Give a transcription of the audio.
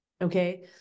Okay